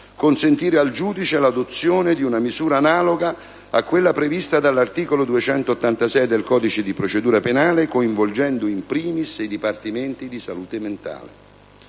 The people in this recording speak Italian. consentire al giudice l'adozione di una misura analoga a quella prevista dall'articolo 286 del codice di procedura penale coinvolgendo *in primis* i dipartimenti di salute mentale.